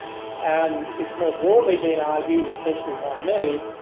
and it's more broadly been argued, especially by me,